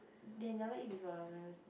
they never eat before ah mangosteen